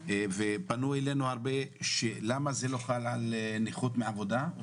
פנו אלינו הרבה ושאלו למה זה לא חל על נכות מעבודה.